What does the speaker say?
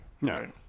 No